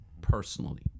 personally